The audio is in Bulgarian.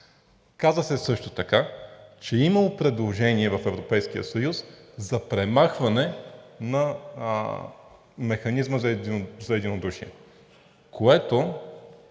Казва се също така, че е „имало предложения в Европейския съюз за премахване на Механизма за единодушие“, което